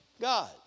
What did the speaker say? God